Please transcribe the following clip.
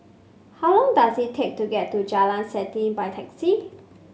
how long does it take to get to Jalan Selanting by taxi